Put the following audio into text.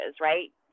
right